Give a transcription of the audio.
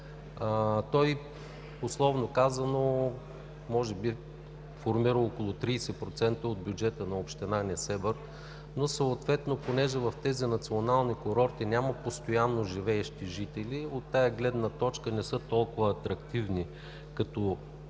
Той, условно казано, може би формира около 30% от бюджета на община Несебър, но съответно, понеже в тези национални курорти няма постоянно живеещи жители, от тази гледна точка не са толкова атрактивни като избиратели